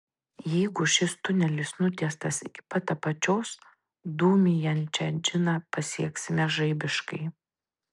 jeigu šis tunelis nutiestas iki pat apačios dūmijančią džiną pasieksime žaibiškai